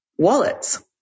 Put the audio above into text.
Wallets